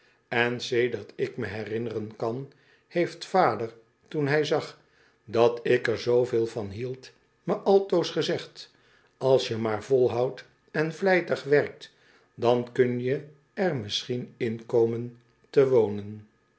en sedert ik me herinneren kan heeft vader toen hij zag dat ik er zooveel van hield me altoos gezegd als je maar volhoudt en vlijtig werkt dan kun je er misschien in komen te wonen